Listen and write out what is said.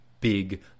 big